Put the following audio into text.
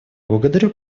благодарю